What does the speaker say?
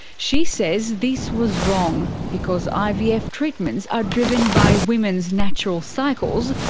she says this was wrong, because ivf treatments are driven by women's natural cycles,